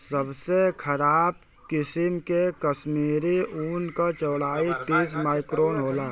सबसे खराब किसिम के कश्मीरी ऊन क चौड़ाई तीस माइक्रोन होला